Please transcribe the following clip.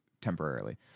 temporarily